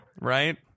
right